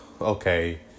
okay